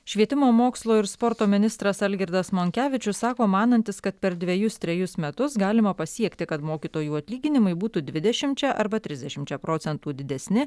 švietimo mokslo ir sporto ministras algirdas monkevičius sako manantis kad per dvejus trejus metus galima pasiekti kad mokytojų atlyginimai būtų dvidešimčia arba trisdešimčia procentų didesni